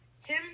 Tim